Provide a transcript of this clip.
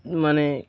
মানে